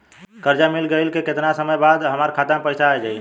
कर्जा मिल गईला के केतना समय बाद हमरा खाता मे पैसा आ जायी?